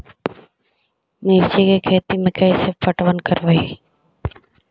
मिर्ची के खेति में कैसे पटवन करवय?